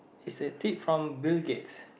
is a tip from Bill-Gates